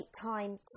time